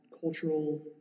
cultural